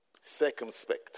Circumspect